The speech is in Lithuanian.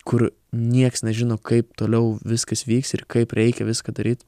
kur nieks nežino kaip toliau viskas vyks ir kaip reikia viską daryt